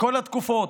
בכל התקופות,